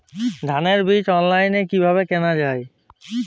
ধানের বীজ অনলাইনে কিভাবে কেনা যায়?